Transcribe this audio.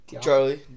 Charlie